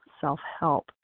self-help